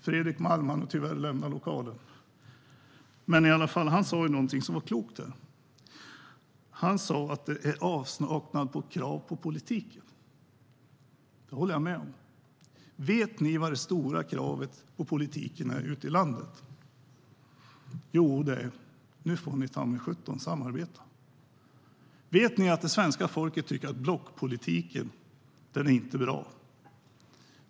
Fredrik Malm har tyvärr hunnit lämnat lokalen, men han sa någonting som var klokt. Han sa att det råder avsaknad på krav på politiken. Det håller jag med om. Vet ni vad det stora kravet på politiken är ute i landet? Det är: Nu får ni ta mig sjutton samarbeta! Vet ni att det svenska folket tycker att blockpolitiken inte är bra?